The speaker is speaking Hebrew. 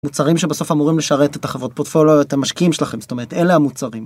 מוצרים שבסוף אמורים לשרת את החברות פורטפוליו, את המשקיעים שלכם זאת אומרת, אלה המוצרים.